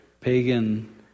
pagan